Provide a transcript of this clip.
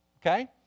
Okay